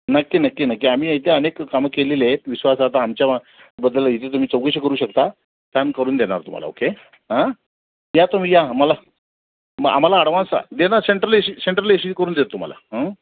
नक्की नक्की नक्की आम्ही इथे अनेक कामं केलेले आहेत विश्वास आता आमच्याबद्दल इथे तुम्ही चौकशी करू शकता छान करून देणार तुम्हाला ओके या तुम्ही या आम्हाला आम्हाला ॲडव्हान्स आ देणार central A C central A C करून देऊ तुम्हाला